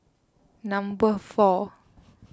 number four